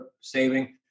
saving